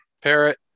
Parrot